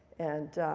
and